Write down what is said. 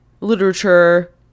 literature